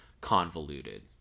convoluted